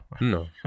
No